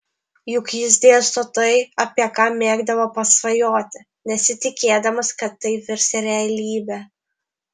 juk jis dėsto tai apie ką mėgdavo pasvajoti nesitikėdamas kad tai virs realybe